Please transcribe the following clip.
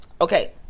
okay